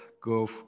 go